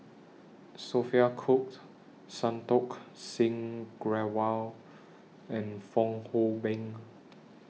Sophia Cooke Santokh Singh Grewal and Fong Hoe Beng